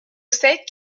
sec